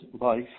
life